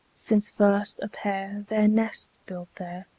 since first a pair their nest built there,